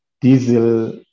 diesel